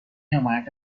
حمایت